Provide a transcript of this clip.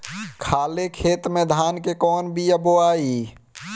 खाले खेत में धान के कौन बीया बोआई?